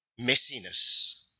messiness